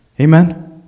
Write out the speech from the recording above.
Amen